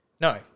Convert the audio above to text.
No